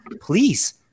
please